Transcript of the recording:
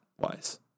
wise